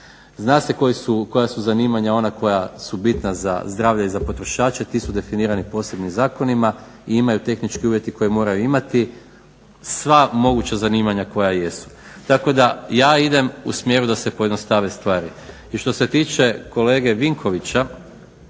Zna se koja su zanimanja ona koja su bitna za zdravlje i za potrošače, ti su definirani posebnim zakonima i imaju tehničke uvjete koje moraju imati, sva moguća zanimanja koja jesu. Tako da ja idem u smjeru da se pojednostave stvari. I što se tiče kolege Vinkovića,